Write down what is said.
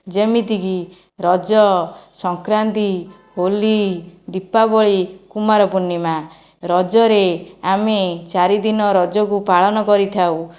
ଯେମିତିକି ରଜ ସଂକ୍ରାନ୍ତି ହୋଲି ଦୀପାବଳି କୁମାର ପୂର୍ଣ୍ଣିମା ରଜରେ ଆମେ ଚାରି ଦିନ ରଜକୁ ପାଳନ କରିଥାଉ